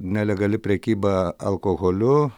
nelegali prekyba alkoholiu